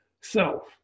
self